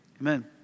Amen